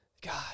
God